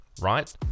right